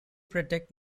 protect